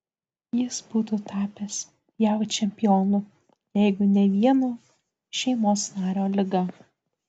jis būtų tapęs jav čempionu jeigu ne vieno šeimos nario liga